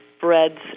breads